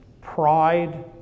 Pride